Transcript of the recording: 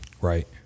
Right